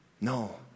No